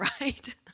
right